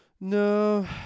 No